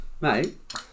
Mate